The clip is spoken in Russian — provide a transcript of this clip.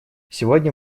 сегодня